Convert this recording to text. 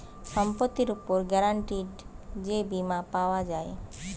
সম্পত্তির উপর গ্যারান্টিড যে বীমা পাওয়া যায়